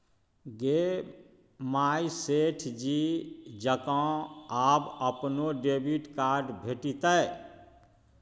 गे माय सेठ जी जकां आब अपनो डेबिट कार्ड भेटितौ